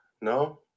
No